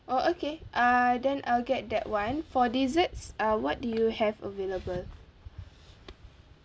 oh okay uh then I'll get that one for desserts uh what do you have available